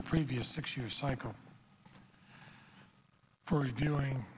the previous six year cycle for doing